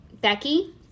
Becky